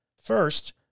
First